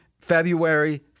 February